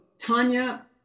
Tanya